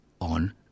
on